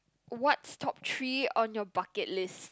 what's top three on your bucket list